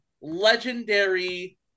legendary